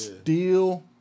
Steel